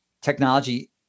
technology